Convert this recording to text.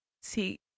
See